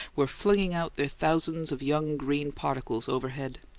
were flinging out their thousands of young green particles overhead.